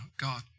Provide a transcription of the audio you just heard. God